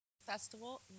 festival